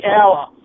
hour